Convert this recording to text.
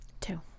Two